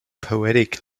poetic